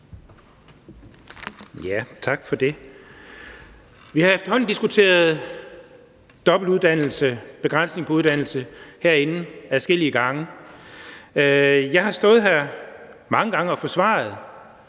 Tak for det. Vi har efterhånden diskuteret begrænsningen af dobbeltuddannelse herinde adskillige gange. Jeg har stået her mange gange og forsvaret